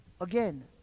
Again